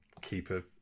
keeper